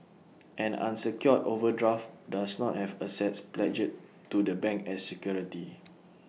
an unsecured overdraft does not have assets pledged to the bank as security